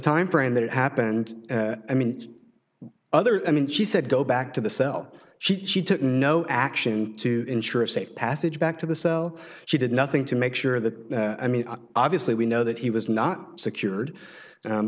timeframe that happened i mean other i mean she said go back to the cell she took no action to ensure a safe passage back to the cell she did nothing to make sure that i mean obviously we know that he was not secured